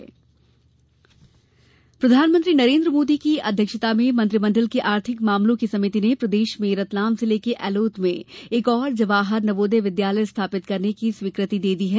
नवोदय विद्यालय प्रधानमंत्री नरेन्द्रे मोदी की अध्ययक्षता में मंत्रिमंडल की आर्थिक मामलों की समिति ने प्रदेश में रतलाम जिले के एलोत में एक और जवाहर नवोदय विद्यालय स्थापित करने की स्वीकृति भी दे दी है